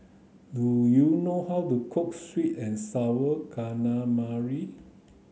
do you know how to cook sweet and sour calamari